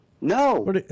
No